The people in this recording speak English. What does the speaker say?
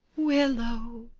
willow.